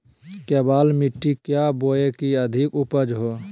केबाल मिट्टी क्या बोए की अधिक उपज हो?